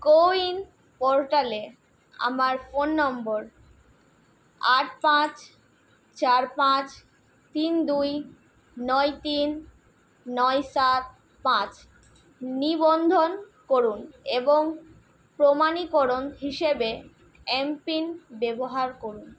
CoWIN পোর্টালে আমার phone নম্বর আট পাঁচ চার পাঁচ তিন দুই নয় তিন নয় সাত পাঁচ নিবন্ধন করুন এবং প্রমাণীকরণ হিসেবে এমপিন ব্যবহার করুন